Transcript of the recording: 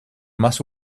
más